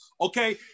Okay